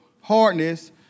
hardness